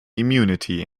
immunity